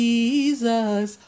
Jesus